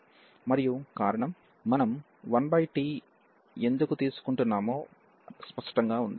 మరియు కారణం మనం 1tఎందుకు తీసుకుంటున్నామో స్పష్టంగా ఉంది